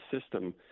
system